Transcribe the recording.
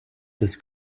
des